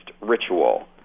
ritual